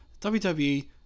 WWE